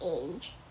age